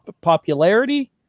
popularity